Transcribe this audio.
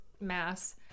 mass